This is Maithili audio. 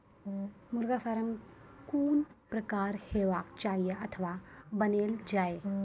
मुर्गा फार्म कून प्रकारक हेवाक चाही अथवा बनेल जाये?